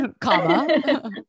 comma